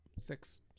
six